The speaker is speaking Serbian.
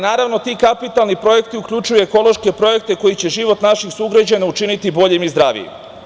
Naravno ti kapitalni projekti uključuju i ekološke projekte koji će život naših sugrađana učiniti boljim i zdravijim.